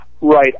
Right